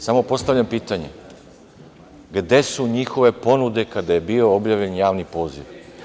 Samo postavljam pitanje – gde su njihove ponude kada je bio objavljen javni poziv?